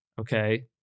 okay